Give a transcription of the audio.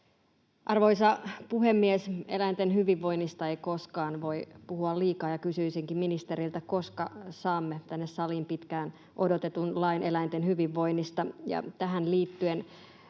Arvoisa puhemies! Eläinten hyvinvoinnista ei koskaan voi puhua liikaa, [Vasemmalta: Kyllä!] ja kysyisinkin ministeriltä: koska saamme tänne saliin pitkään odotetun lain eläinten hyvinvoinnista?